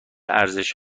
ارزش